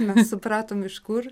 mes supratom iš kur